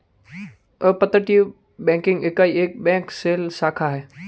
अपतटीय बैंकिंग इकाई एक बैंक शेल शाखा है